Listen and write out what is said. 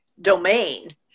domain